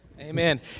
Amen